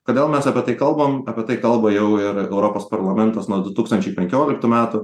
kodėl mes apie tai kalbam apie tai kalba jau ir europos parlamentas nuo du tūkstančiai penkioliktų metų